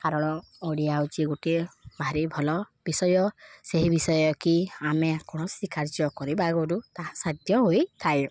କାରଣ ଓଡ଼ିଆ ହେଉଛି ଗୋଟିଏ ଭାରି ଭଲ ବିଷୟ ସେହି ବିଷୟ କି ଆମେ କୌଣସି କାର୍ଯ୍ୟ କରିବା ଆଗୁରୁ ତାହା ସାଧ୍ୟ ହୋଇଥାଏ